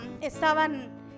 estaban